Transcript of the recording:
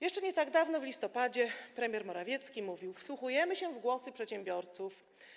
Jeszcze nie tak dawno, w listopadzie, premier Morawiecki mówił: Wsłuchujemy się w głosy przedsiębiorców.